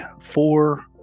four